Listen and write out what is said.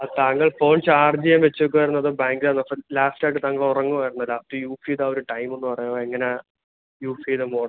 ആ താങ്കൾ phone charge ചെയ്യാൻ വച്ചേക്കുകയായിരുന്നതോ ബാങ്കിലേ റഫറൻസ് ലാസ്റ്റ് ആയിട്ട് താങ്കൾ ഉറങ്ങുവായിരുന്നോ ലാസ്റ്റ് യൂസ് ചെയ്ത ഒരു ടൈമൊന്ന് പറയാമൊ എങ്ങനെ യൂസ് ചെയ്ത ഫോൺ